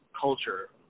culture